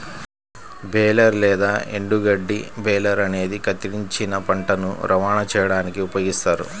baler లేదా ఎండుగడ్డి baler అనేది కత్తిరించిన పంటను రవాణా చేయడానికి ఉపయోగిస్తారు